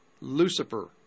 Lucifer